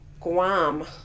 Guam